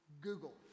Google